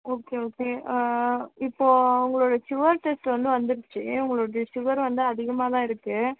okay okay இப்போ உங்களோடைய sugar test வந்து வந்துருச்சு உங்களோடைய சுகர் வந்து அதிகமாகதான் இருக்கு